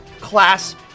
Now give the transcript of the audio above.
class